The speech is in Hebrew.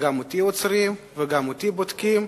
וגם אותי עוצרים וגם אותי בודקים.